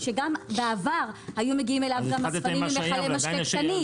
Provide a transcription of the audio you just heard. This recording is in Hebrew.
שגם בעבר היו מגיעים אליו גם אספנים עם מכלי משקה קטנים,